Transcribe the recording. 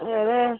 അതെ